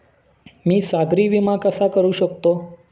मी सागरी विमा कसा करू शकतो?